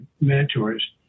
mentors